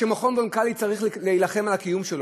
כשמכון וולקני צריך להילחם על הקיום שלו,